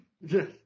Yes